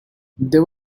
they